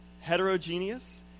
heterogeneous